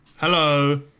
hello